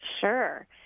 Sure